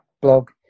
blog